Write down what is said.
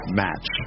match